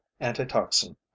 antitoxin